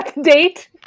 date